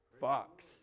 Fox